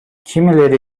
kimileri